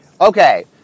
Okay